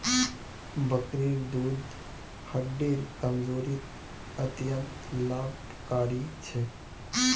बकरीर दूध हड्डिर कमजोरीत अत्यंत लाभकारी छेक